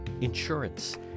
Insurance